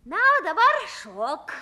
na dabar šok